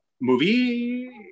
movie